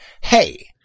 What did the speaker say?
hey